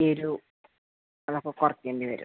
എരുവ് അതൊക്കെ കുറയ്ക്കേണ്ടി വരും